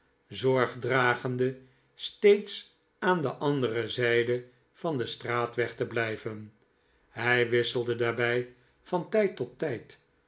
zorg dragende steeds aan de andere zijde van den straatweg te blijven hij wisselde daarbij van tijd tot tijd